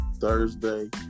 Thursday